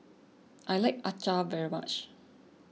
I like Acar very much